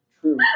True